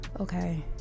Okay